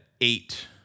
eight